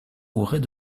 aurait